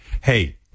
Hey